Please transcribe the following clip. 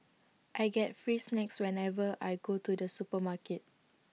I get free snacks whenever I go to the supermarket